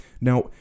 now